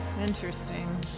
Interesting